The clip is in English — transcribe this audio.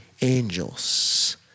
angels